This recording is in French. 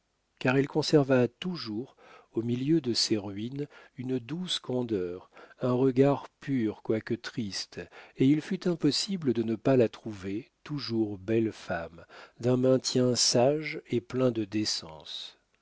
car elle conserva toujours au milieu de ses ruines une douce candeur un regard pur quoique triste et il fut impossible de ne pas la trouver toujours belle femme d'un maintien sage et plein de décence